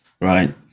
Right